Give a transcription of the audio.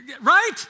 Right